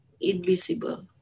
invisible